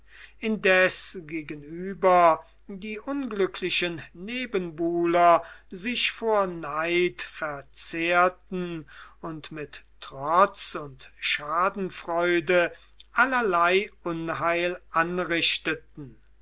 indes gegenüber die unglücklichen nebenbuhler sich vor neid verzehrten und mit trotz und schadenfreude allerlei unheil anrichteten